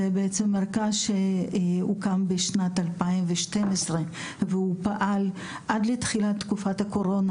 בעצם מרכז שהוקם בשנת 2012 והוא פעל עד לתחילת תקופת הקורונה.